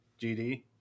GD